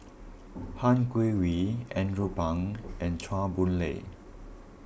Han Guangwei Andrew Phang and Chua Boon Lay